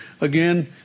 again